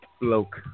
bloke